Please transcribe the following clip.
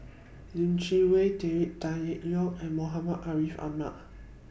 Lim Chee Wai David Tan Yeok Seong and Muhammad Ariff Ahmad